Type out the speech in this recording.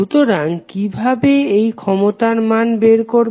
সুতরাং কিভাবে এই ক্ষমতার মান বের করবে